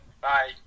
bye